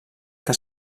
que